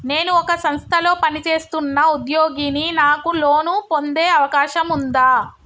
నేను ఒక సంస్థలో పనిచేస్తున్న ఉద్యోగిని నాకు లోను పొందే అవకాశం ఉందా?